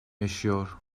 yaşıyor